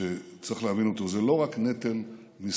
שצריך להבין אותו: זה לא רק נטל מספרי.